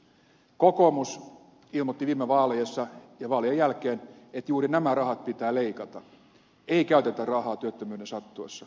kokoomus ilmoitti viime vaaleissa ja vaalien jälkeen että juuri nämä rahat pitää leikata ei käytetä rahaa työttömyyden sattuessa